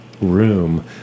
room